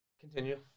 Continue